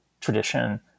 tradition